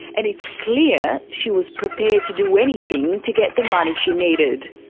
and it's clear she was prepared to do anything to get the money she needed.